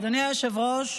אדוני היושב-ראש,